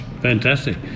fantastic